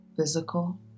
Physical